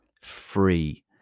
free